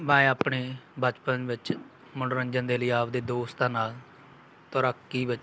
ਮੈਂ ਆਪਣੇ ਬਚਪਨ ਵਿੱਚ ਮਨੋਰੰਜਨ ਦੇ ਲਈ ਆਪਦੇ ਦੋਸਤਾਂ ਨਾਲ ਤੈਰਾਕੀ ਵਿੱਚ